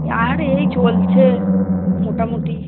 এ আর এই চলছে মোটামুটি